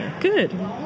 Good